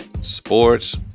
sports